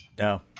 No